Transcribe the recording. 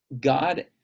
God